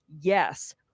Yes